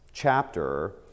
chapter